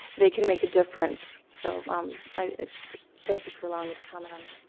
they can make a difference. so i thank you for allowing me to comment on